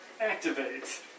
Activate